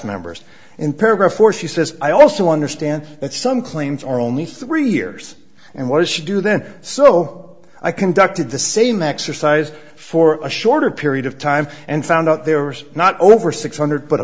members in paragraph four she says i also understand that some claims are only three years and what does she do then so i conducted the same exercise for a shorter period of time and found out they were not over six hundred but